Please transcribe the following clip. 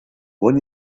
when